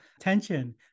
tension